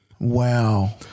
Wow